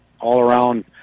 all-around